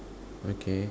okay